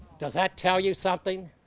does that tell you something?